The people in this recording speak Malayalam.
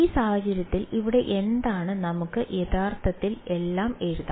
ഈ സാഹചര്യത്തിൽ ഇവിടെ എന്താണ് നമുക്ക് യഥാർത്ഥത്തിൽ എല്ലാം എഴുതാം